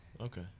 Okay